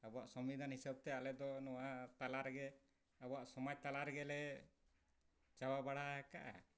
ᱟᱵᱚᱣᱟᱜ ᱥᱚᱝᱵᱤᱫᱷᱟᱱ ᱦᱤᱥᱟᱹᱵ ᱛᱮ ᱟᱞᱮᱫᱚ ᱱᱚᱣᱟ ᱛᱟᱞᱟ ᱨᱮᱜᱮ ᱟᱵᱚᱣᱟᱜ ᱥᱚᱢᱟᱡᱽ ᱛᱟᱞᱟ ᱨᱮᱜᱮᱞᱮ ᱪᱟᱵᱟ ᱵᱟᱲᱟ ᱟᱠᱟᱜᱼᱟ